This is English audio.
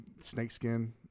snakeskin